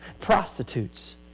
prostitutes